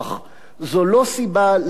זו לא סיבה לוותר,